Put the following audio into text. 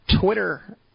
Twitter